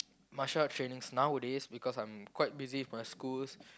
martial arts trainings nowadays because I'm quite busy with my schools